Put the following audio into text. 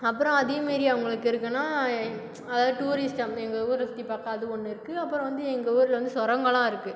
அப்புறம் அதேமாரி அவங்களுக்கு இருக்குனா அதாவது டூரிஸ்ட் எங்கள் ஊரை சுற்றி பார்க்க அது ஒன்று இருக்குது அப்புறம் வந்து எங்கள் ஊரில் வந்து சுரங்கோலா இருக்குது